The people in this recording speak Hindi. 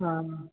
हाँ